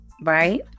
right